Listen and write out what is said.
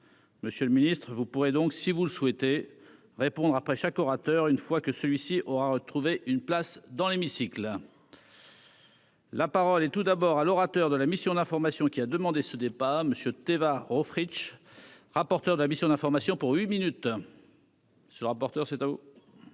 monsieur le Ministre, vous pourrez donc, si vous le souhaitez répondre après chaque orateur, une fois que celui-ci aura trouvé une place dans l'hémicycle. La parole et tout d'abord à l'orateur de la mission d'information qui a demandé ce départ Monsieur Téva Rohfritsch, rapporteur de la mission d'information pour huit minutes. C'est le rapporteur c'est.